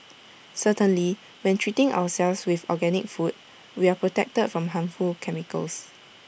certainly when treating ourselves with organic food we are protected from harmful chemicals